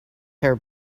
her